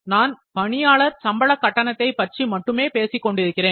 நான் பணியாளர் சம்பள கட்டணத்தை பற்றி மட்டுமே பேசிக் கொண்டிருக்கிறேன்